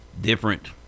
different